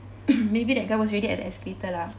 maybe that guy was already at the escalator lah